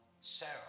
Sarah